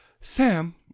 Sam